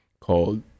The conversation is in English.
called